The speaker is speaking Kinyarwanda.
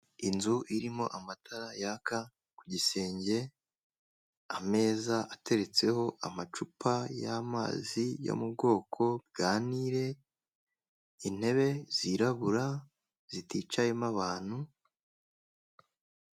Inzu irimo amatara yaka ku gisenge, ameza ateretseho amacupa y'amazi yo mu bwoko bwa nile, intebe zirabura ziticayemo abantu.